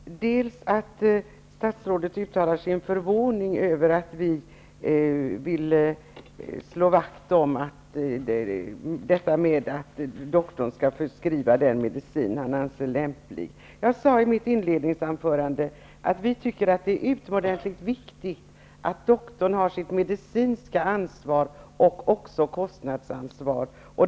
Fru talman! Jag vill ta upp två frågor. Statsrådet uttalar sin förvåning över att vi vill slå vakt om att doktorn skall kunna förskriva den medicin han anser lämplig. Jag sade i mitt inledningsanförande att vi tycker att det är utomordentligt viktigt att doktorn har sitt medicinska ansvar och även ett kostnadsansvar.